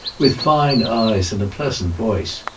with fine eyes and a pleasant voice.